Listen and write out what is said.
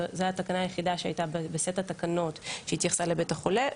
זוהי התקנה היחידה שהייתה בסט התקנות שהתייחסה לבית החולה,